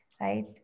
Right